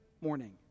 morning